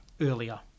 earlier